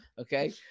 okay